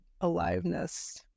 aliveness